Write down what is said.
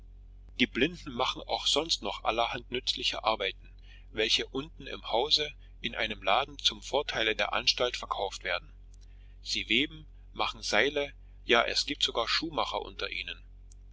die blinden machen auch sonst noch allerhand nützliche arbeiten welche unten im hause in einem laden zum vorteile der anstalt verkauft werden sie weben machen seile ja es gibt sogar schuhmacher unter ihnen